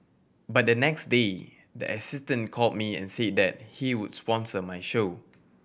but the next day the assistant called me and said that he would sponsor my show